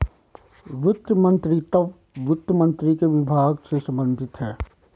वित्त मंत्रीत्व वित्त मंत्री के विभाग से संबंधित है